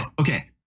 okay